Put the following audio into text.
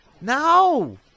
No